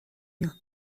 میان